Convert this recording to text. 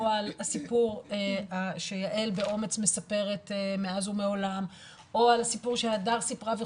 על הסיפור שיעל באומץ מספרת מאז ומעולם או על הסיפור שהדר סיפרה.